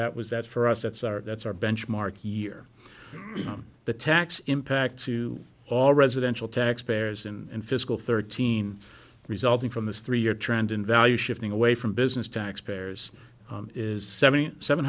that was that for us that's our that's our benchmark year on the tax impact to all residential taxpayers and fiscal thirteen resulting from this three year trend in value shifting away from business tax payers is seventy seven